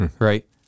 right